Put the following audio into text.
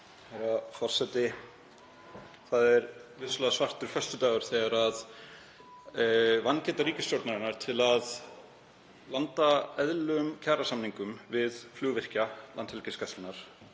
Herra forseti. Það er vissulega svartur föstudagur þegar vangeta ríkisstjórnarinnar til að landa eðlilegum kjarasamningum við flugvirkja Landhelgisgæslunnar